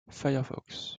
firefox